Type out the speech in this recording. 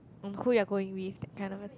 and who you're going with that kind of a